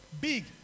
big